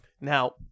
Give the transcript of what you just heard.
Now